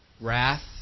Wrath